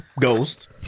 Ghost